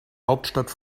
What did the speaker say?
hauptstadt